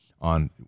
on